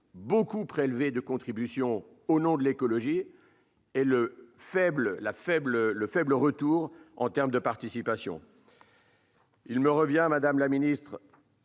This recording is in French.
beaucoup prélevé de contribution au nom de l'écologie, son faible retour en termes de participation est patent. Il me revient, madame la ministre,